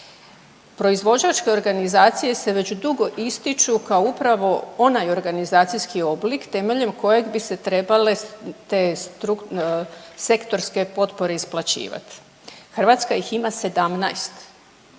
Proizvođačke organizacije se već dugo ističu kao upravo onaj organizacijski oblik temeljem kojeg bi se trebale te sektorske potpore isplaćivati. Hrvatska ih ima 17.